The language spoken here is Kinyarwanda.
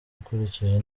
ukurikije